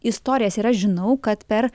istorijas ir aš žinau kad per